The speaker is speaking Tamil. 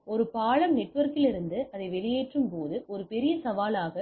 எனவே ஒரு பாலம் நெட்வொர்க்கிலிருந்து இதை வெளியேற்றும்போது ஒரு பெரிய சவாலாக